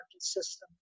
system